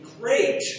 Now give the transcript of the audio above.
great